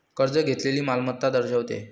कर्ज घेतलेली मालमत्ता दर्शवते